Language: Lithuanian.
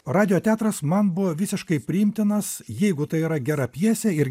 radijo teatras man buvo visiškai priimtinas jeigu tai yra gera pjesė ir